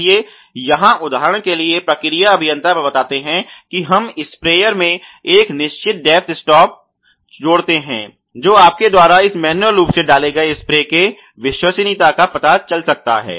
इसलिए यहाँ उदाहरण के लिए प्रक्रिया अभियंता बताते हैं कि यदि हम स्प्रेयर में एक निश्चित डेप्थ स्टॉप जोड़ते हैं तो आपके द्वारा इस मैन्युअल रूप से डाले गए स्प्रे सिरे के विश्वसनीयता का पता चल सकता है